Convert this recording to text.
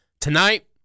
tonight